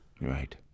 Right